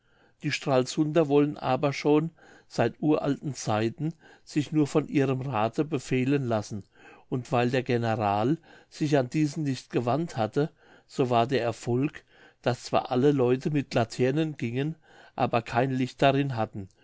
die stralsunder wollen aber schon seit uralten zeiten sich nur von ihrem rathe befehlen lassen und weil der general sich an diesen nicht gewandt hatte so war der erfolg daß zwar alle leute mit laternen gingen aber kein licht darin hatten